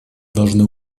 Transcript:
должны